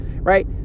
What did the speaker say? right